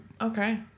Okay